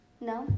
No